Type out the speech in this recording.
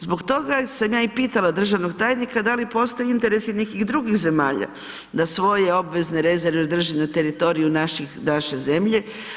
Zbog toga sam ja i pitala i državnog tajnika da li postoje interesi nekih drugih zemalja da svoje obvezne rezerve drži na teritoriju nape zemlje.